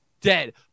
dead